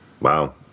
Wow